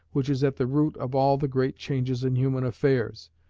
which is at the root of all the great changes in human affairs.